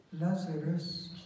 Lazarus